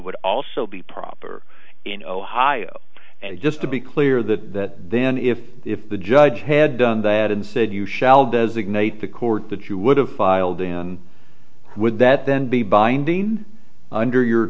would also be proper in ohio and just to be clear that then if the judge had done that and said you shall designate the court that you would have filed in would that then be binding under your